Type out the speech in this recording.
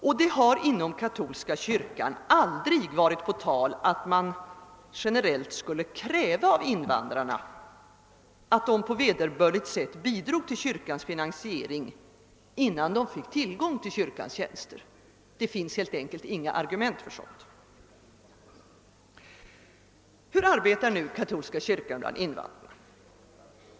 Det har heller inte inom katolska kyrkan någonsin varit på tal att generellt kräva av invandrarna, att de på vederbörligt sätt skulle bidra till kyrkans finansiering, innan de fick tillgång till kyrkans tjänster. Det finns helt enkelt inga argument för sådant. Hur arbetar nu katolska kyrkan bland invandrarna?